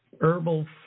herbal